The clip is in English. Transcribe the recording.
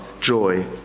joy